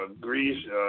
Greece